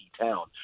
town